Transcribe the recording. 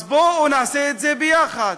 אז בואו נעשה את זה ביחד,